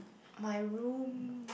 my room